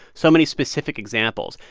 so many specific examples.